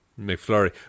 McFlurry